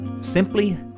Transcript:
Simply